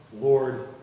Lord